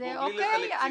בלי לחלק ציונים,